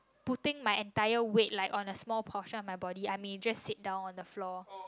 putting my entire weight like on a small portion of my body I may just sit down on the floor